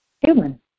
Human